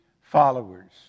followers